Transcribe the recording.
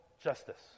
justice